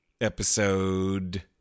Episode